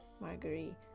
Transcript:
Marguerite